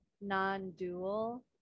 non-dual